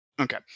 Okay